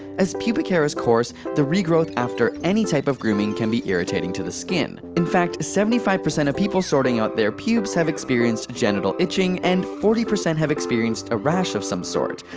as pubic hair its course, the regrowth after any type of grooming can be irritating to the skin. in fact seventy five percent of people sorting out their pubes have experienced genital itching, and forty percent have experienced a rash of some sort.